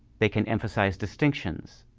they can emphasize distinctions.